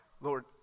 Lord